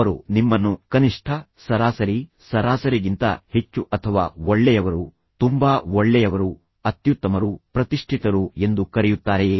ಅವರು ನಿಮ್ಮನ್ನು ಕನಿಷ್ಠ ಸರಾಸರಿ ಸರಾಸರಿಗಿಂತ ಹೆಚ್ಚು ಅಥವಾ ಒಳ್ಳೆಯವರು ತುಂಬಾ ಒಳ್ಳೆಯವರು ಅತ್ಯುತ್ತಮರು ಪ್ರತಿಷ್ಠಿತರು ಎಂದು ಕರೆಯುತ್ತಾರೆಯೇ